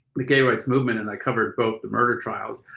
the gay rights movement, and i covered both the murder trials.